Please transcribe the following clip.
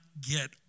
get